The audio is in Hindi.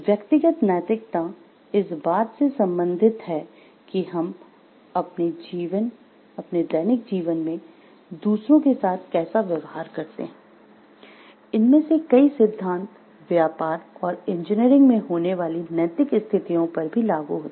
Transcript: व्यक्तिगत नैतिकता इस बात से संबंधित है कि हम अपने दैनिक जीवन में दूसरों के साथ कैसा व्यवहार करते हैं इनमें से कई सिद्धांत व्यापार और इंजीनियरिंग में होने वाली नैतिक स्थितियों पर भी लागू होते हैं